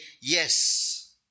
yes